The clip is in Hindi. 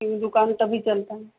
क्योंकि दुकान तभी चलता है